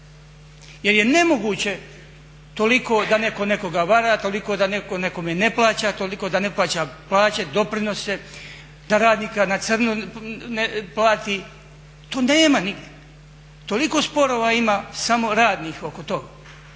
jer je nemoguće toliko da neko nekoga vara, toliko da neko nekome ne plaća, toliko da ne plaća plaće, doprinose, da radnika na crno plati, to nema nigdje. Toliko sporova ima samo radnih oko toga.